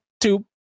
two